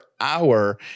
hour